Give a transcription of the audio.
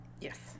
yes